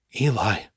Eli